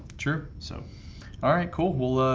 sure, so all right cool. will ah?